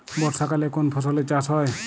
বর্ষাকালে কোন ফসলের চাষ হয়?